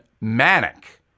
manic